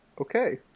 okay